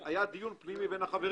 היה דיון בין החברים?